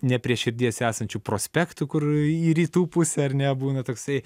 ne prie širdies esančių prospektų kur į rytų pusę ar ne būna toksai